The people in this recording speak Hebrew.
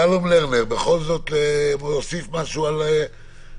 שלום לרנר, אתה בכל זאת רוצה להוסיף משהו על דבריו